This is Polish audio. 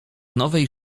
nowej